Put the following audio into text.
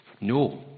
no